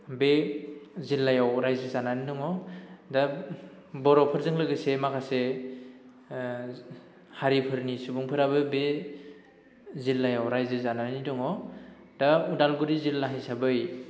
बे जिल्लायाव रायजो जानानै दङ दा बर'फोरजों लोगोसे माखासे हारिफोरनि सुबुंफोराबो बे जिल्लायाव रायजो जानानै दङ दा उदालगुरि जिल्ला हिसाबै